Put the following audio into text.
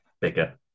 bigger